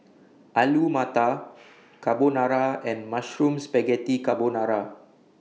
Alu Matar Carbonara and Mushroom Spaghetti Carbonara